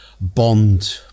bond